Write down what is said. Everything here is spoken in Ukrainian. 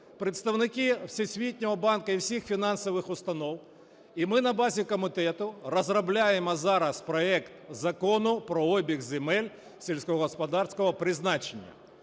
представники Всесвітнього банку і всіх фінансових установ. І ми на базі комітету розробляємо зараз проект Закону про обіг земель сільськогосподарського призначення.